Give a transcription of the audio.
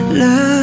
love